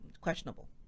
questionable